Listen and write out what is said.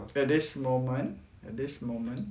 at this moment at this moment